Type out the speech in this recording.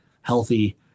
healthy